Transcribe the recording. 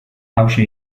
hauxe